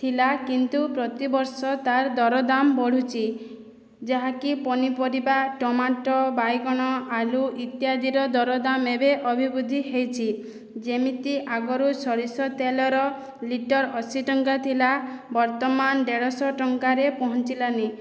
ଥିଲା କିନ୍ତୁ ପ୍ରତିବର୍ଷ ତାର ଦରଦାମ୍ ବଢ଼ୁଛି ଯାହାକି ପନିପରିବା ଟମାଟୋ ବାଇଗଣ ଆଲୁ ଇତ୍ୟାଦିର ଦରଦାମ୍ ଏବେ ଅଭିବୃଦ୍ଧି ହେଇଛି ଯେମିତି ଆଗରୁ ସୋରିଷତେଲର ଲିଟର ଅଶୀଟଙ୍କା ଥିଲା ବର୍ତ୍ତମାନ ଦେଢ଼ଶହ ଟଙ୍କାରେ ପହଞ୍ଚିଲାଣି